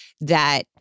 that-